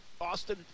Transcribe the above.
Austin